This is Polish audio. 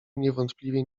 niewątpliwie